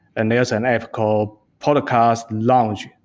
and there's an app called podcast lounge,